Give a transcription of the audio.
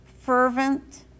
fervent